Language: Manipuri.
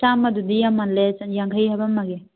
ꯆꯥꯝꯃꯗꯨꯗꯤ ꯌꯥꯝꯃꯜꯂꯦ ꯌꯥꯡꯈꯩ ꯍꯥꯞꯄꯝꯃꯒꯦ